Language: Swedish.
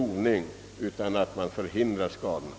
För detta krävs snabba och effektiva praktiska åtgärder.